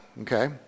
okay